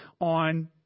on